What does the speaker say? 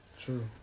True